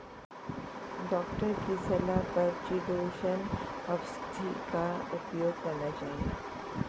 doctor की सलाह पर चीटोसोंन औषधि का उपयोग करना चाहिए